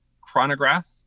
chronograph